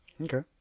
Okay